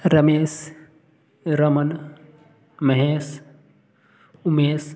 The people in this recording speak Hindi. रमेश रमन महेश उमेश